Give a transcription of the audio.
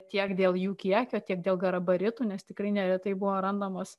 tiek dėl jų kiekio tiek dėl gabaritų nes tikrai neretai buvo randamos